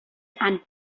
and